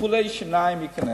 טיפולי שיניים ייכנסו.